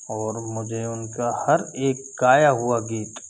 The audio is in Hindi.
और मुझे उनका हर एक गाया हुआ गीत